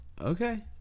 Okay